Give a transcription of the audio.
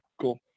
Cool